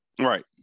Right